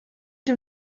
dem